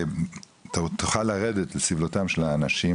ואתה תוכל לרדת לסבלותם של האנשים,